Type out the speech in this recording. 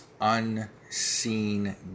unseen